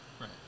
right